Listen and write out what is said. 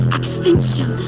extinction